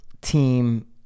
team